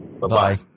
Bye-bye